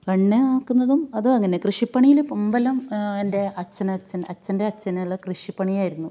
എണ്ണ ആക്കുന്നതും അതും അങ്ങനെ കൃഷിപ്പണിയിലിപ്പം മുമ്പെല്ലാം എന്റെ അച്ഛനച്ഛന് അച്ഛന്റെ അച്ഛനുള്ള കൃഷിപ്പണിയായിരുന്നു